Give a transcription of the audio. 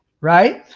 right